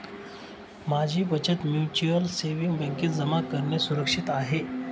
माझी बचत mutual savings बँकेत जमा करणे सुरक्षित आहे का